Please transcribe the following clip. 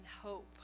hope